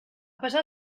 pesar